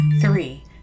Three